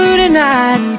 tonight